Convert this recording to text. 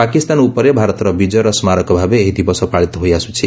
ପାକିସ୍ତାନ ଉପରେ ଭାରତର ବିଜୟର ସ୍କାରକ ଭାବେ ଏହି ଦିବସ ପାଳିତ ହୋଇ ଆସୁଛି